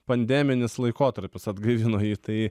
pandeminis laikotarpis atgaivino jį tai